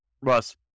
Russ